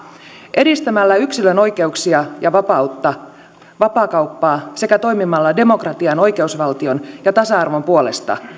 edistämällä yksilön oikeuksia ja vapautta ja vapaakauppaa sekä toimimalla demokratian oikeusvaltion ja tasa arvon puolesta